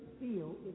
feel